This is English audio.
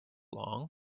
long